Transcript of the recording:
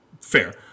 Fair